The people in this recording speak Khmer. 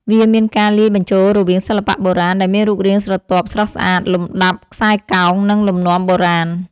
វាមានការលាយបញ្ចូលរវាងសិល្បៈបុរាណដែលមានរូបរាងស្រទាប់ស្រស់ស្អាត លំដាប់ខ្សែកោង និងលំនាំបុរាណ